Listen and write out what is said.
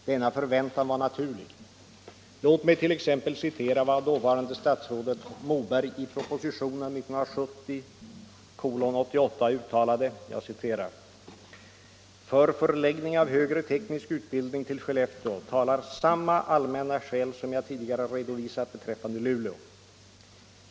Denna förväntan var naturlig. Låt mig t.ex. citera vad dåvarande statsrådet Moberg i propositionen 1970:88 uttalade: ”För förläggning av högre teknisk utbildning till Skellefteå talar samma allmänna skäl som jag tidigare redovisat beträffande Luleå.